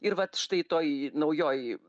ir vat štai toj naujoj